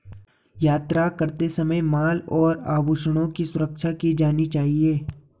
यात्रा करते समय माल और आभूषणों की सुरक्षा की जानी चाहिए